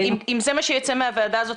אם זה מה שייצא מהוועדה הזאת,